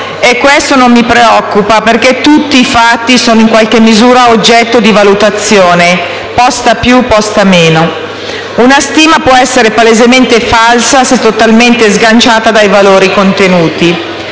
e questo non mi preoccupa perché tutti i fatti sono, in qualche misura, oggetto di valutazione, posta più, posta meno. Una stima può essere palesemente falsa se totalmente sganciata dai valori contenuti,